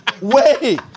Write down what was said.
Wait